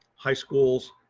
high schools.